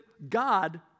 God